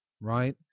right